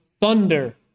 thunder